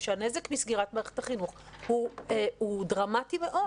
שהנזק מסגירת מערכת החינוך הוא דרמטי מאוד,